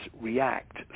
react